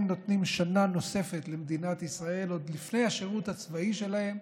הם נותנים שנה נוספת למדינת ישראל עוד לפני השירות הצבאי שלהם,